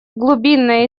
глубинное